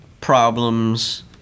problems